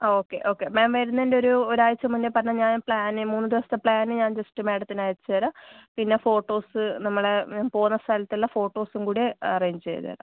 ആ okay okay ma'am വരുന്നതിൻ്റെ ഒരു ഒരാഴ്ച മുന്നേ പറഞ്ഞാൽ ഞാൻ പ്ലാൻ മൂന്ന് ദിവസത്തെ പ്ലാൻ ഞാൻ ജസ്റ്റ് മാഡത്തിന് അയച്ച് തരാം പിന്നെ ഫോട്ടോസ് നമ്മുടെ മാം പോവുന്ന സ്ഥലത്തുള്ള ഫോട്ടോസും കൂടെ അറേഞ്ച് ചെയ്ത് തരാം